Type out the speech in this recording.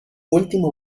último